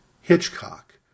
Hitchcock